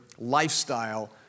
lifestyle